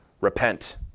repent